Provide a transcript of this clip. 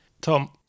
Tom